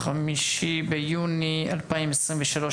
5 ביוני 2023,